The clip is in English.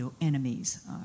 enemies